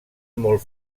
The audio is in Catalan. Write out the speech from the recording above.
molt